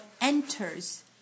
enters